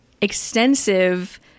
extensive